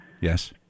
Yes